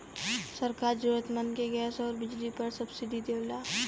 सरकार जरुरतमंद के गैस आउर बिजली पर सब्सिडी देवला